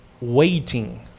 waiting